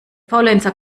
faulenzer